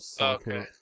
okay